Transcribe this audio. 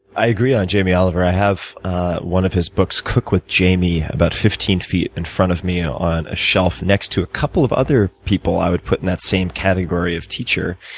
i agree on jamie oliver. i have one of his books, cook with jamie, about fifteen feet in front of me on a shelf, next to a couple of other people i would put in that same category of teacher.